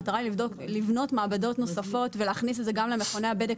המטרה היא לבנות מעבדות נוספות ולהכניס את זה גם למכוני הבדק.